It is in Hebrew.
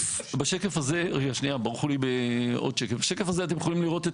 --- בשקף הזה אתם יכולים לראות את